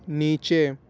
نیچے